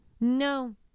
no